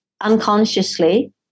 unconsciously